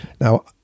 Now